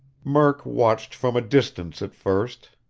murk watched from a distance at first,